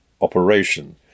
operation